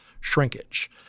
shrinkage